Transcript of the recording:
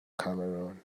cameroon